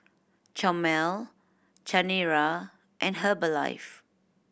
Chomel Chanira and Herbalife